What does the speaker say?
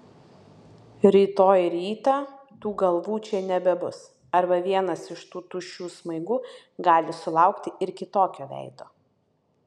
rytoj rytą tų galvų čia nebebus arba vienas iš tų tuščių smaigų gali sulaukti ir kitokio veido